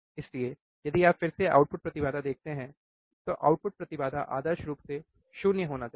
इसलिए यदि आप फिर से आउटपुट प्रतिबाधा देखते हैं तो आउटपुट प्रतिबाधा आदर्श रूप से 0 होना चाहिए